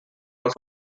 was